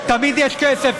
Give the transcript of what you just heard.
אתה רוצה שאני אוריד אותך?